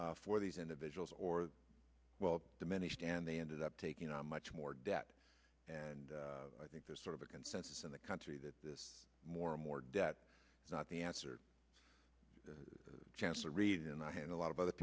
for these individuals or well diminished and they ended up taking on much more debt and i think there's sort of a consensus in the country that this more and more debt is not the answer the chance to read and i had a lot of other